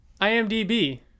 IMDB